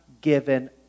given